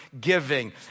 giving